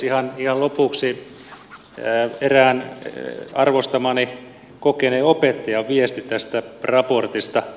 ihan lopuksi erään arvostamani kokeneen opettajan viesti tästä raportista